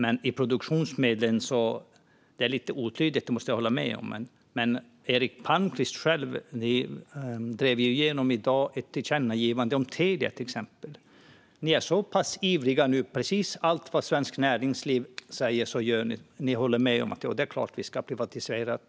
Jag måste hålla med om att det är lite otydligt när det gäller produktionsmedlen. Men i dag, Eric Palmqvist, drev ni igenom ett tillkännagivande om Telia. Ni är så pass ivriga att ni håller med om precis allt som Svenskt Näringsliv säger - att det är klart att Telia ska privatiseras.